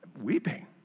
weeping